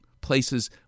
places